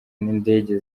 n’indege